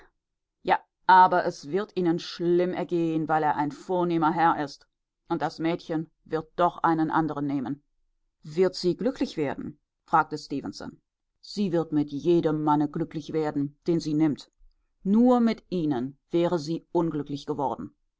ja aber es wird ihnen schlimm ergehen weil er ein vornehmer herr ist und das mädchen wird doch einen anderen nehmen wird sie glücklich werden fragte stefenson sie wird mit jedem manne glücklich werden den sie nimmt nur mit ihnen wäre sie unglücklich geworden